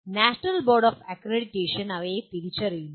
national board of accreditation അവയെ തിരിച്ചറിയുന്നു